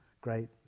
great